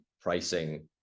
pricing